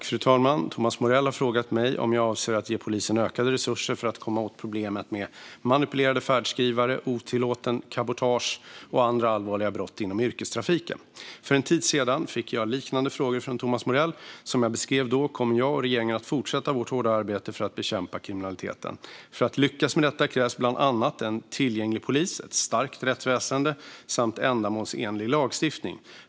Fru talman! Thomas Morell har frågat mig om jag avser att ge polisen ökade resurser för att komma åt problemet med manipulerade färdskrivare, otillåtet cabotage och andra allvarliga brott inom yrkestrafiken. För en tid sedan fick jag liknande frågor från Thomas Morell. Som jag beskrev då kommer jag och regeringen att fortsätta vårt hårda arbete för att bekämpa kriminaliteten. För att lyckas med detta krävs bland annat en tillgänglig polis, ett starkt rättsväsen och en ändamålsenlig lagstiftning.